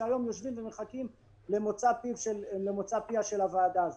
או שהיום יושבים ומחכים למוצא פיה של הוועדה הזאת.